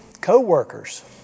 co-workers